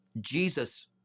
Jesus